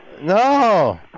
No